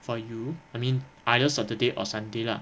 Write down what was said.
for you I mean either saturday or sunday lah